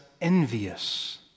envious